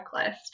checklist